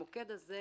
המוקד הזה,